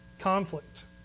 conflict